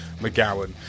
mcgowan